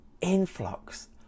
influx